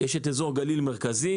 יש את אזור הגליל המרכזי,